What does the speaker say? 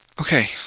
Okay